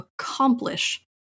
accomplish